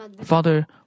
Father